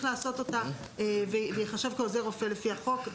לעשות אותה ולהיחשב עוזר רופא לפי החוק.